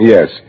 Yes